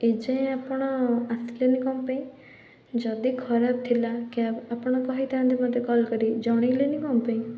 ଏ ଯାଏଁ ଆପଣ ଆସିଲେନି କ'ଣ ପାଇଁ ଯଦି ଖରାପ ଥିଲା କ୍ୟାବ୍ ଆପଣ କହିଥାନ୍ତେ ମୋତେ କଲ୍ କରି ଜଣେଇଲେନି କ'ଣ ପାଇଁ